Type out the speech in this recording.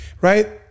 right